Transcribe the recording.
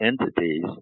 entities